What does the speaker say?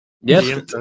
Yes